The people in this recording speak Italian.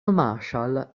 marshall